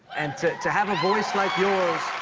and to to have a voice like yours.